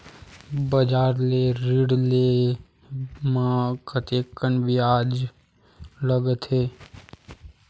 बजार ले ऋण ले म कतेकन ब्याज लगथे?